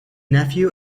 nephew